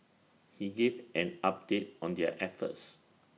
he gave an update on their efforts